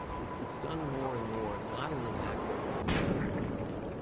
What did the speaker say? it's it's done more and more not in the macro but in the micro.